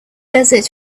desert